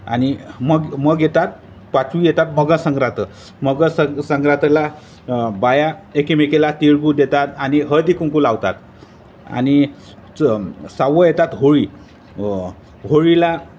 आणि मग मग येतात पाचवी येतात मकरसंक्रांत मग सं संक्रातला बाया एकीमेकीला तिळगूळ देतात आणि हळदीकुंकू लावतात आणि च सहावं येतात होळी होळीला